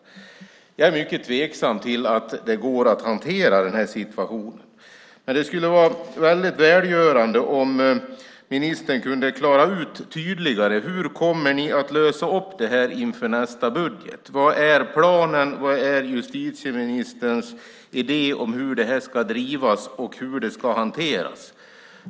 Jag är mycket tveksam till att det går att hantera den situationen. Det skulle vara väldigt välgörande om ministern kunde klara ut tydligare hur ni kommer att lösa detta inför nästa budget. Vad är planen? Vad är justitieministerns idé om hur det här ska drivas och hur det ska hanteras?